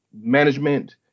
management